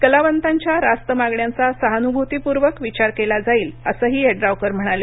कलावतांच्या रास्त मागण्यांचा सहानुभूतीपूर्वक विचार केला जाईल असंही यड्रावकर म्हणाले